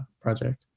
project